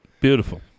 Beautiful